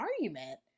argument